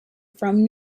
from